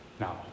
now